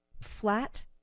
flat